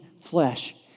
flesh